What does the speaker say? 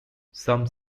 some